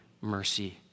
mercy